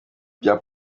bya